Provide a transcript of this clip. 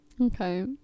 Okay